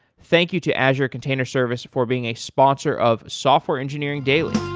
thank you to azure container service for being a sponsor of software engineering daily.